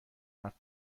حرف